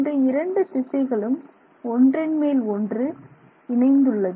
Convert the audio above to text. இந்த இரண்டு திசைகளும் ஒன்றின் மேல் ஒன்று இணைந்துள்ளன